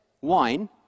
wine